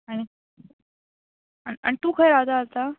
आनी आनी आनी तूं खंय रावता आतां